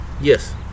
yes